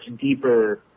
deeper